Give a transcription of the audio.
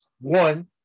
one